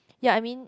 ya I mean